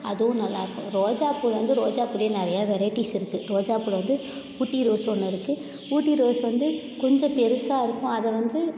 அதுவும் நல்லா இருக்கும் ரோஜாப்பூ வந்து ரோஜாப்பூலேயே நிறையா வெரைட்டிஸ் இருக்குது ரோஜாப்பூவில் வந்து ஊட்டி ரோஸ் ஒன்று இருக்குது ஊட்டி ரோஸ் வந்து கொஞ்சம் பெருசாக இருக்கும் அதை வந்து